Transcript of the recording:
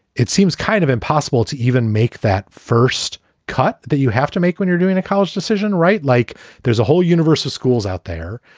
it seems kind of impossible to even make that first cut that you have to make when you're doing a college decision. right. like there's a whole universe of schools out there.